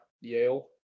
Yale